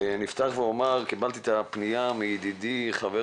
אני אפתח ואומר, קיבלתי את הפניה מידידי חבר